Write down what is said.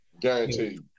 Guaranteed